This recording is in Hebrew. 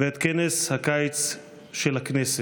ואת כנס הקיץ של הכנסת.